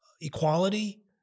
equality